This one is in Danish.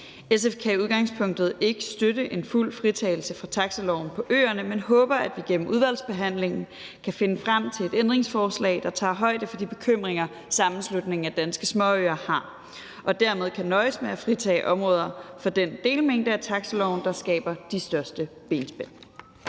SF kan i udgangspunktet ikke støtte en fuld fritagelse fra taxiloven på øerne, men håber, at vi gennem udvalgsbehandlingen kan finde frem til et ændringsforslag, der tager højde for de bekymringer, Sammenslutningen af Danske Småøer har, og dermed kan nøjes med at fritage områder fra den delmængde af taxiloven, der skaber de største benspænd.